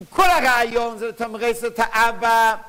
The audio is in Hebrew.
כול הרעיון זה לתמרץ את האבא